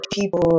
people